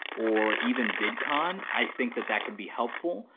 or even vidcon, i think that that could be helpful.